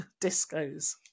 discos